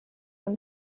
from